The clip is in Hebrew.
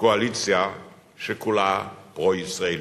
קואליציה שכולה פרו-ישראלית,